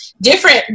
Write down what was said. different